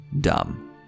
dumb